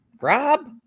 Rob